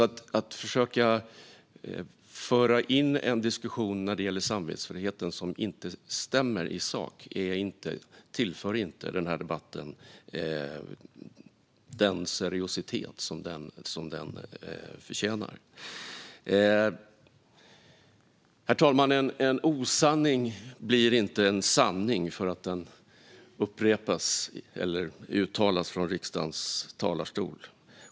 Att man försöker föra in en diskussion om samvetsfriheten som inte tillför något i sak tillför inte debatten den seriositet som den förtjänar. Herr talman! En osanning blir inte en sanning för att den upprepas eller uttalas från riksdagens talarstol.